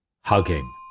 Hugging